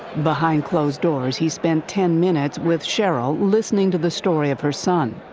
behind closed doors he spent ten minutes with cheryl listening to the story of her son.